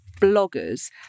bloggers